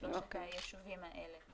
133 היישובים האלה.